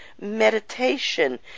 meditation